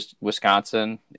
Wisconsin